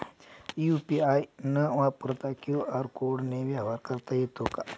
UPI न वापरता QR कोडने व्यवहार करता येतो का?